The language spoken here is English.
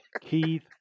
Keith